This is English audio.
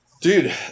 Dude